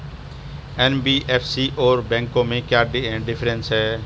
NBFC और बैंकों में क्या डिफरेंस है?